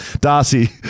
Darcy